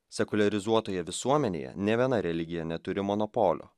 sekuliarizuotoje visuomenėje nė viena religija neturi monopolio